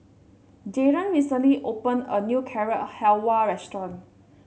Jaron recently opened a new Carrot Halwa Restaurant